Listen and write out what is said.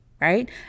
right